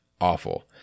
awful